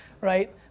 right